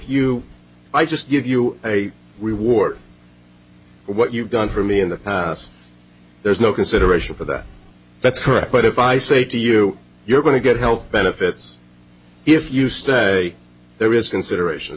you i just give you a reward for what you've done for me in the past there's no consideration for that that's correct but if i say to you you're going to get health benefits if you stay there is considerations